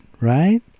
right